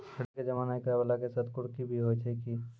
ऋण के जमा नै करैय वाला के साथ कुर्की भी होय छै कि?